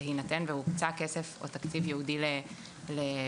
בהינתן שהוקצה כסף או תקציב ייעודי או לצורך,